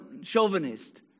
chauvinist